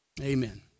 Amen